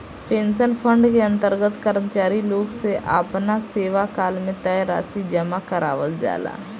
pension fund के अंतर्गत कर्मचारी लोग से आपना सेवाकाल में तय राशि जामा करावल जाला